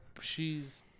she's-